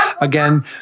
Again